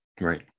Right